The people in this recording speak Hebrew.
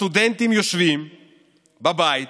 הסטודנטים יושבים בבית